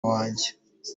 wanjye